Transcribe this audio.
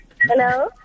hello